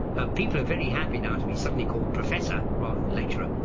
ah people are very happy now to be suddenly called professor rather than lecturer,